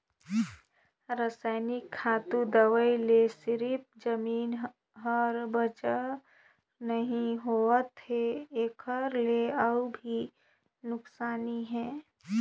रसइनिक खातू, दवई ले सिरिफ जमीन हर बंजर नइ होवत है एखर ले अउ भी नुकसानी हे